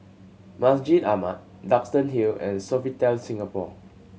Masjid Ahmad Duxton Hill and Sofitel Singapore